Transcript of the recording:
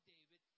David